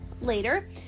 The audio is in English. later